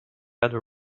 other